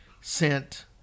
sent